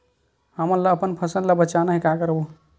हमन ला अपन फसल ला बचाना हे का करबो?